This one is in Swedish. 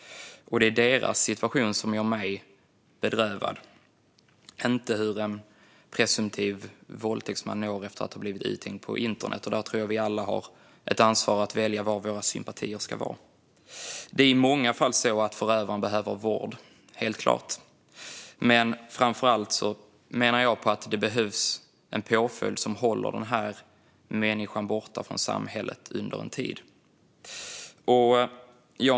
Det är deras situation som gör mig bedrövad, inte hur en presumtiv våldtäktsman mår efter att ha blivit uthängd på internet. Här har vi alla ett ansvar att välja var våra sympatier ska ligga. I många fall behöver förövaren vård, helt klart, men framför allt menar jag att det behövs en påföljd som håller personen borta från samhället under en tid.